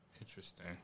Interesting